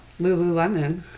Lululemon